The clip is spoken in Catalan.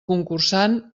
concursant